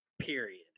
period